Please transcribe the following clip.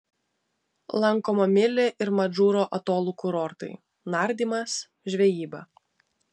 lankoma mili ir madžūro atolų kurortai nardymas žvejyba